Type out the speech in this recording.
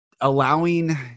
allowing